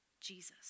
Jesus